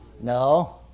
No